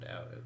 out